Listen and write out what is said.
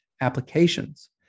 applications